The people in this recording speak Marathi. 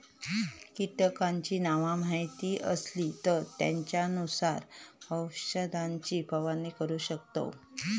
कीटकांची नावा माहीत असली तर त्येंच्यानुसार औषधाची फवारणी करू शकतव